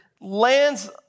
lands